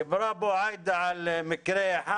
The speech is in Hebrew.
דיברה פה עאידה על מקרה אחד.